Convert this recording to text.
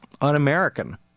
un-American